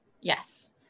Yes